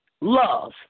Love